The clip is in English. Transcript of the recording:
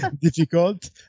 Difficult